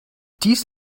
dies